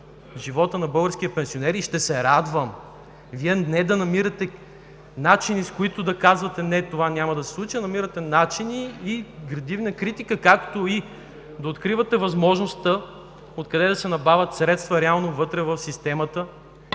живота на българския пенсионер и ще се радвам не да намирате начини, с които да казвате: „Не, това няма да се случи!“, а намирате начини и градивна критика, както и да откривате възможност откъде да се набавят средства реално, вътре в системата,